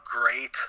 great